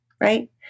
right